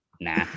Nah